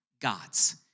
God's